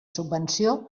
subvenció